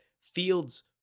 Fields